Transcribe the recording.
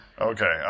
Okay